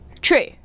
True